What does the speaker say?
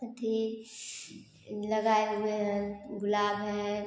अथी लगाए हुए हैं गुलाब है